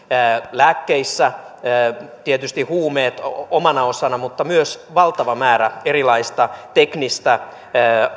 lääkkeissä tietysti huumeet omana osana mutta myös valtava määrä erilaista teknistä